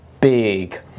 big